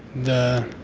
the